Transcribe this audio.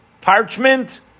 parchment